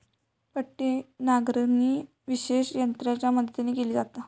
पट्टी नांगरणी विशेष यंत्रांच्या मदतीन केली जाता